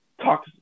talk